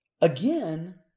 Again